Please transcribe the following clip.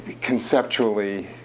Conceptually